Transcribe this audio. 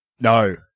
No